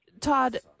Todd